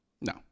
No